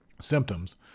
Symptoms